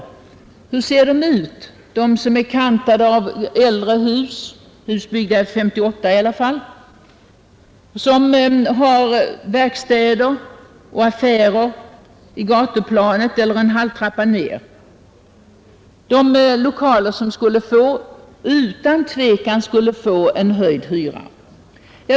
De är kantade av äldre hus — hus byggda före 1958 i alla fall — som har verkstäder och affärer i gatuplanet eller en halvtrappa ned, lokaler som utan tvivel skulle få en höjd hyra.